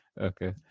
Okay